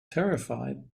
terrified